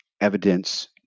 evidence